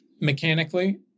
mechanically